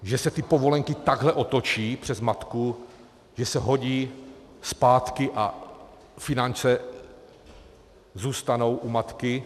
Že se ty povolenky takhle otočí přes matku, že se hodí zpátky a finance zůstanou u matky?